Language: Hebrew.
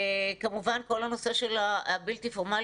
כמובן כל הנושא של הבלתי פורמלי.